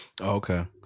Okay